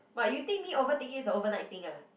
but you think me overthinking is a overnight thing ah